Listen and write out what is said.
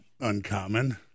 uncommon